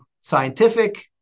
scientific